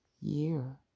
year